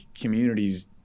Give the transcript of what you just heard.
communities